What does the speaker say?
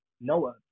Noah